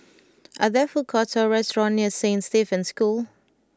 are there food courts or restaurants near Saint Stephen's School